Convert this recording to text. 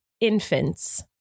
infants